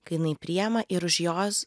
kai jinai priėma ir už jos